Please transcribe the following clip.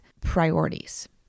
priorities